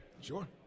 Sure